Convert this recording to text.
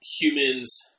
humans